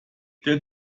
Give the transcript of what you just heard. der